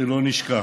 שלא נשכח: